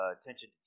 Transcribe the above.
attention